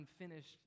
unfinished